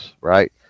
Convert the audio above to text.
right